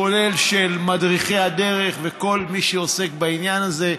כולל של מדריכי הדרך וכל מי שעוסק בעניין הזה,